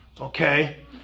Okay